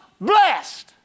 blessed